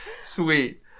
sweet